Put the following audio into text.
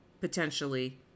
potentially